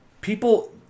people